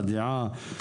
דעה.